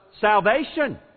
salvation